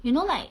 you know like